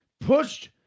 pushed